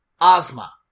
Ozma